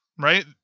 right